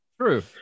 True